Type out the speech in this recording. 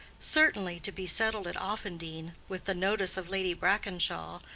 certainly, to be settled at offendene, with the notice of lady brackenshaw,